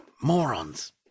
Morons